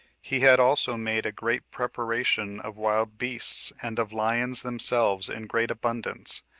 he had also made a great preparation of wild beasts, and of lions themselves in great abundance,